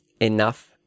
enough